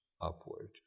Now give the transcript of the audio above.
upward